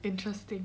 interesting